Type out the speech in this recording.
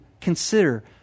consider